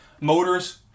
motors